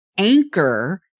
anchor